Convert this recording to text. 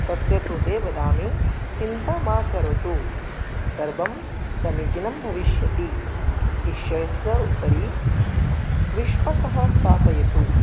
तस्य कृते वदामि चिन्तां मा करोतु सर्वं समीचीनं भविष्यति ईश्वरस्व उपरि विश्वासं स्थापयतु